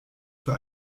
für